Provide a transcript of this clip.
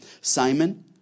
Simon